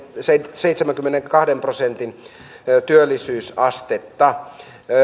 seitsemänkymmenenkahden prosentin työllisyysastetta